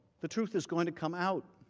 the truth is going to come out,